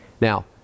Now